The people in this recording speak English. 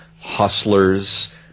hustlers